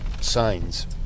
signs